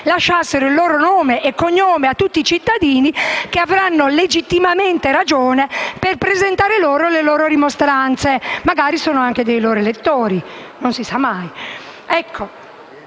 lasciassero il loro nome e cognome a tutti i cittadini che avranno legittimamente ragione per presentare le loro rimostranze: magari sono anche dei loro elettori, non si sa mai.